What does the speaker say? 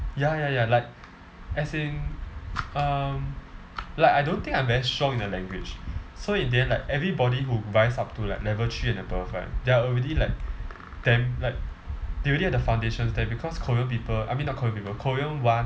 ya ya ya like as in um like I don't think I'm very strong in the language so in the end like everybody who rise up to like level three and above right they are already like damn like they already have the foundations there because korean people I mean not korean people korean one